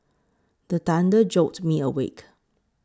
the thunder jolt me awake